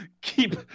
keep